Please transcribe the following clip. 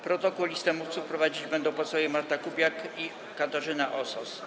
Protokół i listę mówców prowadzić będą posłowie Marta Kubiak i Katarzyna Osos.